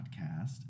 podcast